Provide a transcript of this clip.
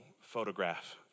photograph